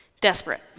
desperate